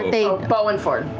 um beau and fjord.